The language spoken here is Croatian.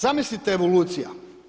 Zamislite evolucija.